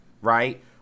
right